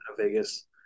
Vegas